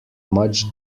much